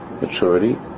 maturity